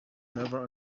never